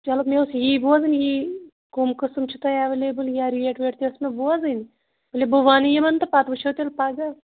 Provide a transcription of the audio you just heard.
چلو مےٚ اوس یی بوزُن یہِ کٕم قٔسٕم چھِ تۄہہِ ایویلیبٔل یا ریٹ ویٹ تہِ ٲسۍ مےٚ بوزٕنۍ ؤلِو بہٕ وَنہٕ یِمن تہٕ پَتہٕ وُچھو تیٚلہِ پَگاہ